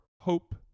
hope